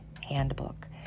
handbook